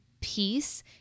peace